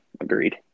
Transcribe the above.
agreed